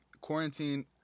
quarantine